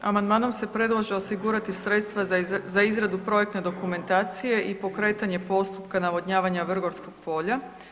Amandmanom se predlaže osigurati sredstva za izradu projektne dokumentacije i pokretanje postupka navodnjavanja Vrgorskog polja.